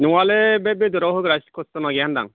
नङालै बे बेदराव होग्रा स्कुवास दं ना गैया होनदों आं